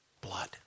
blood